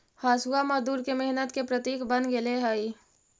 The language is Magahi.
हँसुआ मजदूर के मेहनत के प्रतीक बन गेले हई